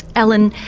ellen,